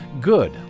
Good